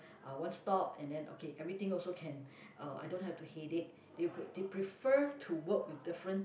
uh one stop and then okay everything also can uh I don't have to headache they would they prefer to work with different